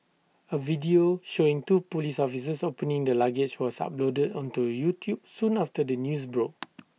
A video showing two Police officers opening the luggage was uploaded onto YouTube soon after the news broke